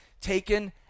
taken